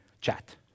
chat